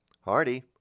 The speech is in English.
Hardy